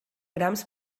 grams